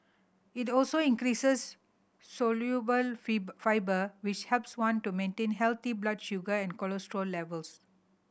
it also increases soluble fibre which helps one to maintain healthy blood sugar and cholesterol levels